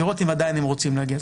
לראות אם עדיין הם רוצים להגיע.